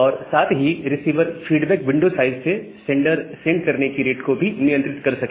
और साथ ही रिसीवर फीडबैक विंडो साइज से सेंडर सेंड करने की रेट को भी नियंत्रित कर सके